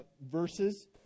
verses